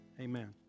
amen